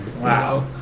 Wow